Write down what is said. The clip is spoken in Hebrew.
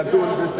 נדון בזה,